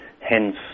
Hence